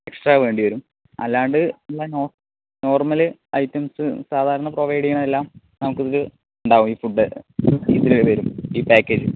extra വേണ്ടിവരും അല്ലാണ്ട് എല്ലാം നോർമൽ ഐറ്റംസ് സാധാരണ പ്രൊവൈഡ് ചെയ്യണതെല്ലാം നമുക്ക് ഇതിലുണ്ടാവും ഈ ഫുഡ് ഇതില് വരും ഈ പാക്കേജിൽ